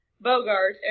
Bogart